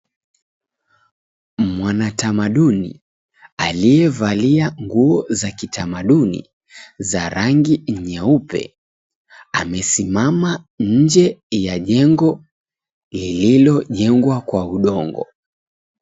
Mwanatamaduni aliyevalia nguo za kitamaduni za rangi nyeupe amesimama nje ya jengo lililojengwa kwa udongo.